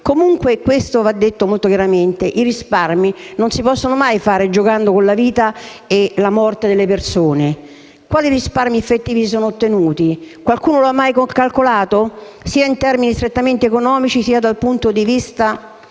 comunque - e questo va detto molto chiaramente - i risparmi non si possono mai fare giocando con la vita e la morte delle persone. Quali risparmi effettivi si sono ottenuti? Qualcuno lo ha mai calcolato, sia in termini strettamente economici, sia dal punto di vista